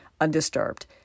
undisturbed